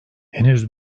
henüz